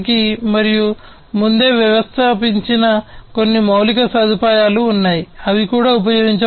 మరియు ముందే వ్యవస్థాపించిన కొన్ని మౌలిక సదుపాయాలు ఉన్నాయి అవి కూడా ఉపయోగించబడతాయి